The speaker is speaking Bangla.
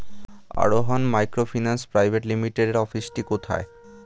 আরোহন মাইক্রোফিন্যান্স প্রাইভেট লিমিটেডের অফিসটি কোথায়?